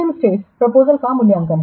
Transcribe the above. अंतिम स्टेज प्रपोजलसका मूल्यांकन है